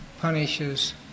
punishes